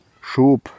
Schub